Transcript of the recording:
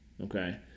okay